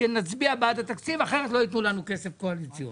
שנצביע בעד התקציב כי אחרת לא ייתנו לנו כסף קואליציוני.